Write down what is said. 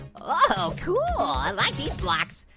whoa cool, i like these blocks.